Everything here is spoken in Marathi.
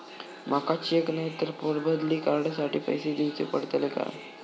माका चेक नाय तर बदली कार्ड साठी पैसे दीवचे पडतले काय?